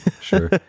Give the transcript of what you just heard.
Sure